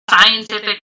scientific